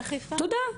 תודה.